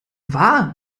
war